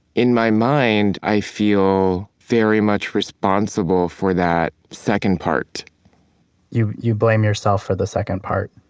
in my mind, i feel very much responsible for that second part you you blame yourself for the second part